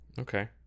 Okay